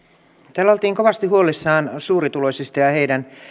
täällä oltiin kovasti huolissaan suurituloisista ja heidän